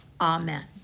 Amen